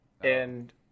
and-